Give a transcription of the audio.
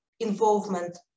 involvement